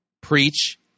Preach